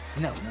No